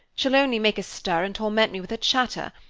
she'll only make a stir and torment me with her chatter.